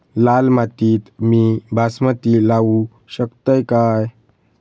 लाल मातीत मी बासमती लावू शकतय काय?